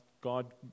God